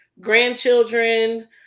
grandchildren